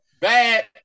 bad